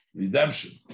redemption